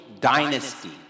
dynasty